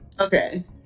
Okay